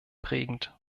prägend